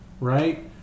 right